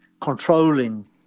controlling